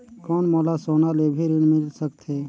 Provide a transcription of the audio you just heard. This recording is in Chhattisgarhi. कौन मोला सोना ले भी ऋण मिल सकथे?